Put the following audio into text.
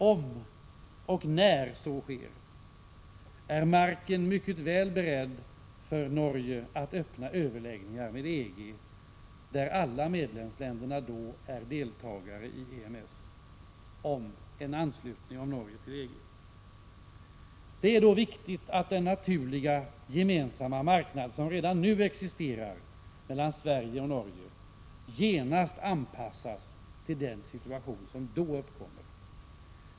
Om och när så sker är marken mycket väl beredd för Norge att öppna överläggningar med EG om medlemskap, vilket skulle leda till att alla medlemsländerna deltog i EMS. Det är då viktigt att den naturliga gemensamma marknad som redan nu existerar mellan Sverige och Norge genast anpassas till den situation som uppkommer.